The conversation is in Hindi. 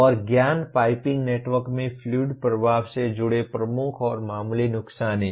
और ज्ञान पाइपिंग नेटवर्क में फ्लूइड प्रवाह से जुड़े प्रमुख और मामूली नुकसान हैं